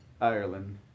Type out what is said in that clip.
Ireland